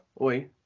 oi